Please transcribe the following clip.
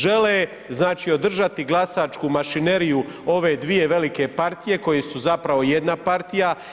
Žele znači održati glasačku mašineriju ove dvije velike partije koje su zapravo jedna partija.